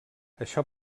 això